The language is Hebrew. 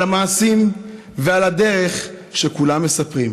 על המעשים ועל הדרך שכולם מספרים,